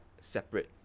separate